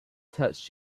touched